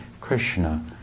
Krishna